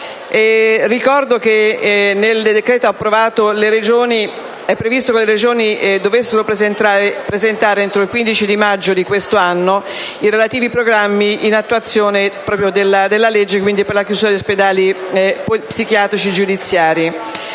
Ricordo che nel decreto approvato è previsto che le Regioni dovessero presentare entro il 15 maggio di quest'anno i relativi programmi in attuazione della legge per la chiusura degli ospedali psichiatrici giudiziari.